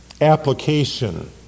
application